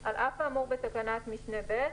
על אף האמור בתקנת משנה (ב),